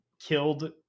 killed